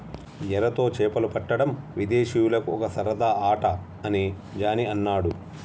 ఎరతో చేపలు పట్టడం విదేశీయులకు ఒక సరదా ఆట అని జానీ అన్నాడు